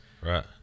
Right